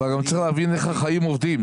אבל אני רוצה להבין איך החיים עובדים.